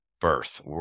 birth